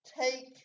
take